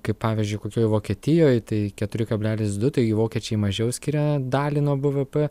kaip pavyzdžiui kokioj vokietijoj tai keturi kablelis du taigi vokiečiai mažiau skiria dalį nuo bvp